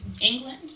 England